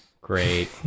great